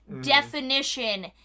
Definition